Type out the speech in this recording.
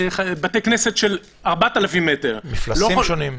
בתי כנסת של 4,000 מטר, מפלסים שונים.